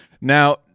Now